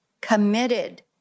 committed